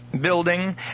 building